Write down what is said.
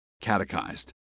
catechized